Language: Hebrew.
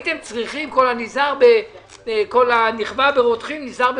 כל הנכווה ברותחין נזהר בפושרים.